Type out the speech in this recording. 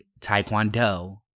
taekwondo